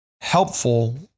helpful